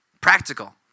practical